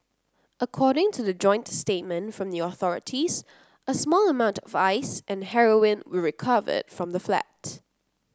according to the joint statement from authorities a small amount of Ice and heroin were recovered it from the flat